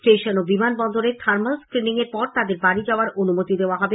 station ও বিমান বন্দরে থার্মাল ক্রিনিং এর পর তাদের বাড়ি যাওয়ার অনুমতি দেওয়া হবে